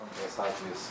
antras atvejis